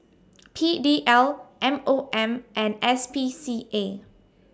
P D L M O M and S P C A